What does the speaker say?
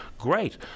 great